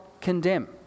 condemn